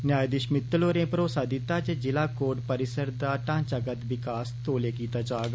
न्यायधीश मित्तल होरें भरोसा दिता जे जिला कोर्ट परिसरें दा ढांचागत विकास कीता जाग